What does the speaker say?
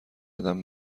قدم